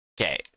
okay